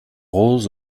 rose